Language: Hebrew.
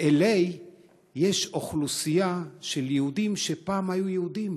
ב-LA יש אוכלוסייה של יהודים, שפעם היו יהודים.